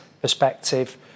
perspective